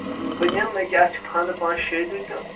بہٕ نِمہٕ یہِ کیٛاہ اَسہِ چھُ خانٛدر پانٛژھِ شیٚہِ دۄہۍ تہٕ